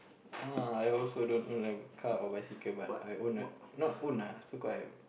uh I also don't own a car or bicycle but I own a not own ah so called I